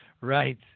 Right